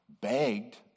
begged